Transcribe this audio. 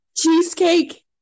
Cheesecake